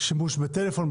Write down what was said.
שימוש בטלפון,